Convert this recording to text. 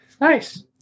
Nice